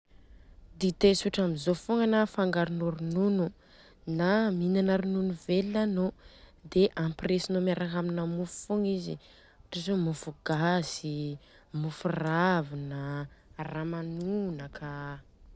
Dite tsotra amzô fogna na afangaronô ronono, na mihinana ronono velona anô, dia ampiresinô miaraka amina mofo fogna izy ohatra zô mofo gasy i, mofo ravina, ramanonaka.